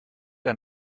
ein